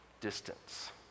Distance